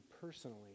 personally